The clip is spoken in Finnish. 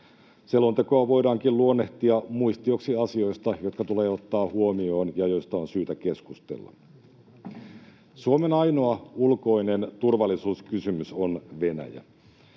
Selontekoa voidaankin luonnehtia muistioksi asioista, jotka tulee ottaa huomioon ja joista on syytä keskustella. Suomen ainoa ulkoinen turvallisuuskysymys on Venäjä.